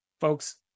folks